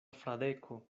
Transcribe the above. fradeko